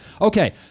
Okay